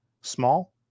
small